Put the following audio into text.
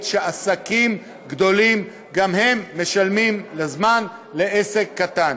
שעסקים גדולים גם הם משלמים בזמן לעסק קטן.